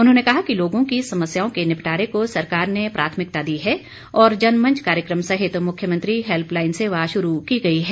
उन्होंने कहा कि लोगों की समस्याओं के निपटारे को सरकार ने प्राथमिकता दी है और जनमंच कार्यक्रम सहित मुख्यमंत्री हैल्प लाइन सेवा शुरू की गई है